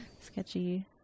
Sketchy